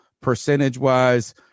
percentage-wise